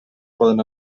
poden